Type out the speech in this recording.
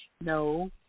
No